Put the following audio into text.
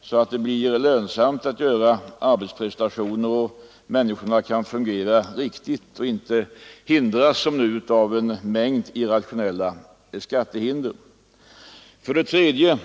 så att det blir lönsamt att göra arbetsprestationer och så att människorna kan fungera riktigt och inte hindras, som nu, av en mängd irrationella skattehinder! 3.